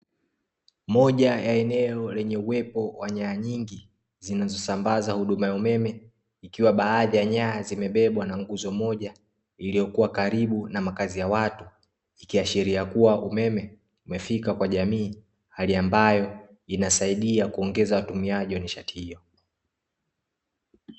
Moja ya eneo lenye uwepo wa nyaya nyingi zinazo sambaza huduma ya umeme, ikiwa baadhi ya nyaya zimebebwa na nguzo moja iliyokuwa karibu na makazi ya watu, ikiashiria kuwa umeme umefika kwa jamii hali ambayo inasaidia kuongeza watumiaji wa nishati hiyo.